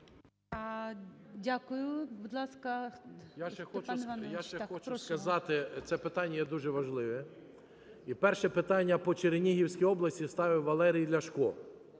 Я ще хочу сказати, це питання є дуже важливе. І перше питання по Чернігівській області ставив Валерій Ляшко.